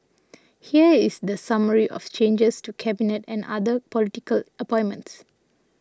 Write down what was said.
here is the summary of changes to Cabinet and other political appointments